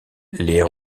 les